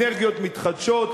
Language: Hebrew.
אנרגיות מתחדשות,